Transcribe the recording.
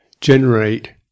generate